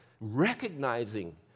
recognizing